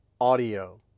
audio